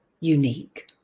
unique